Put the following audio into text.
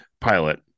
pilot